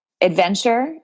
adventure